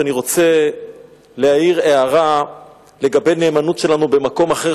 ואני רוצה להעיר הערה לגבי נאמנות שלנו במקום אחר,